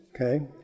Okay